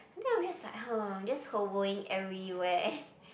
then I'm just like !huh! just hovering everywhere